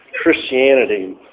Christianity